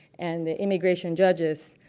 and the immigration judges